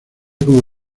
como